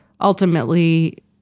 ultimately